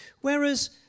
Whereas